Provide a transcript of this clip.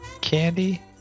Candy